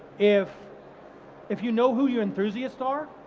if if you know who your enthusiasts are,